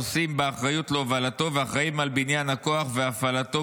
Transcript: נושאים באחריות להובלתו ואחראים על בניין הכוח והפעלתו,